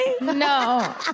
No